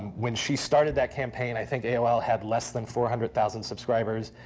when she started that campaign, i think aol had less than four hundred thousand subscribers.